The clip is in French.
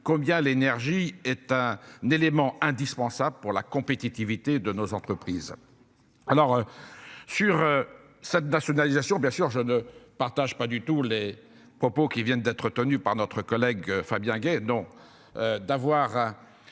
combien l'énergie état d'éléments indispensables pour la compétitivité de nos entreprises. Alors. Sur cette nationalisation bien sûr je ne partage pas du tout les propos qui viennent d'être tenus par notre collègue Fabien Gay, non. D'avoir.